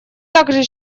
также